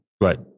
Right